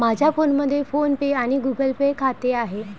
माझ्या फोनमध्ये PhonePe आणि गुगल पे खाते आहे